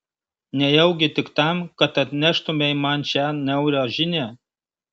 nejaugi tik tam kad atneštumei man šią niaurią žinią